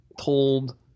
told